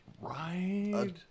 Right